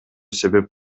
себеп